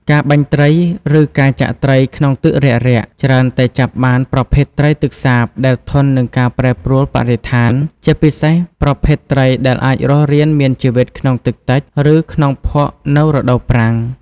ការបាញ់ត្រី ឬការចាក់ត្រីក្នុងទឹករាក់ៗ ច្រើនតែចាប់បានប្រភេទត្រីទឹកសាបដែលធន់នឹងការប្រែប្រប្រួលបរិស្ថាន ជាពិសេសប្រភេទត្រីដែលអាចរស់រានមានជីវិតក្នុងទឹកតិច ឬក្នុងភក់នៅរដូវប្រាំង។